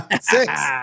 Six